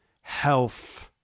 health